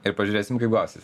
ir pažiūrėsim kaip gausis